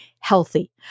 healthy